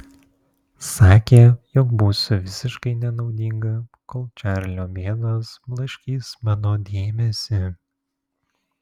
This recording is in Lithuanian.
sakė jog būsiu visiškai nenaudinga kol čarlio bėdos blaškys mano dėmesį